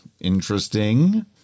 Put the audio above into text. Interesting